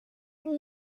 mean